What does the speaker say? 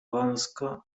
wąsko